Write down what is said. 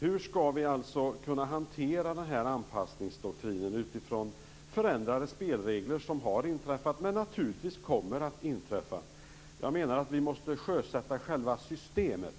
Hur skall vi alltså kunna hantera den här anpassningsdoktrinen utifrån förändrade spelregler, sådana förändringar som har inträffat och naturligtvis kommer att inträffa? Vi måste som jag ser det sjösätta själva systemet.